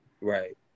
Right